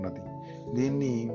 Dini